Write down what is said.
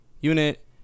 unit